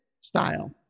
style